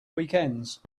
weekends